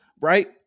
right